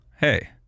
hey